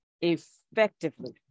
effectively